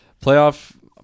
playoff